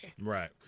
Right